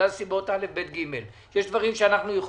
זה לא מתבצע בגלל סיבות אלה ואלה.